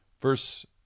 Verse